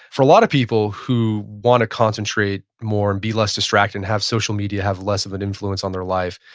for a lot of people who want to concentrate more and be less distracted and have social media have less of an influence on their life,